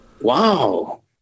wow